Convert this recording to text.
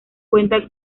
cuenta